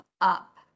up